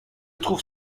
trouve